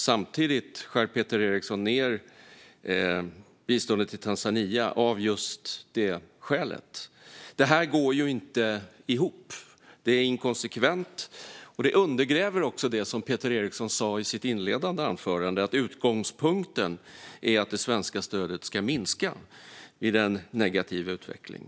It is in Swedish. Samtidigt skär Peter Eriksson ned biståndet till Tanzania av just det skälet. Detta går inte ihop. Det är inkonsekvent. Det undergräver också det som Peter Eriksson sa i sitt inledande anförande, nämligen att utgångspunkten är att det svenska stödet ska minska vid en negativ utveckling.